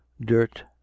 dirt